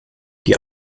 die